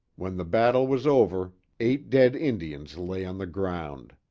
when the battle was over, eight dead indians lay on the ground.